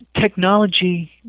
Technology